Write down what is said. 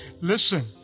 Listen